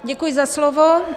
Děkuji za slovo.